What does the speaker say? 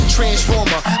Transformer